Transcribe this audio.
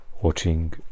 watching